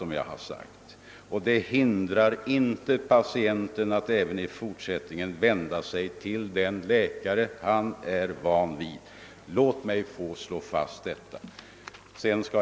Men detta hindrar inte patienten från att även i fortsättningen vända sig till den läkare som han är van vid. Den saken vill jag som sagt här slå fast.